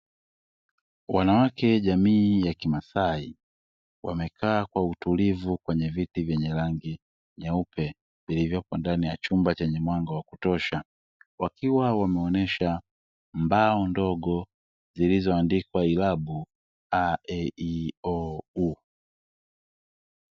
Wanawake jamii ya kimasai wamekaa kwa utulivu kwenye viti vyenye rangi nyeupe, vilivyopo ndani ya chumba chenye mwanga wa kutosha. Wakiwa wameonesha mbao ndogo zilizoandikwa ilabu a,e,i,o,u.